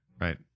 right